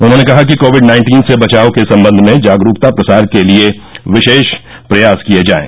उन्होंने कहा कि कोविड नाइन्टीन से बचाव के सम्बन्ध में जागरूकता प्रसार के लिए विशेष प्रयास किये जाएं